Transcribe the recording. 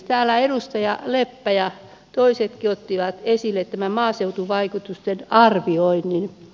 täällä edustaja leppä ja toisetkin ottivat esille tämän maaseutuvaikutusten arvioinnin